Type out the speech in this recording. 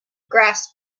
grasp